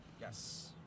Yes